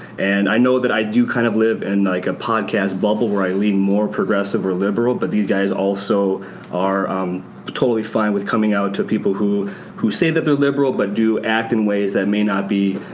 and i know that i do kind of live in and like a podcast bubble where i lean more progressive or liberal but these guys also are totally fine with coming out to people who who say that they're liberal but do act in ways that may not be,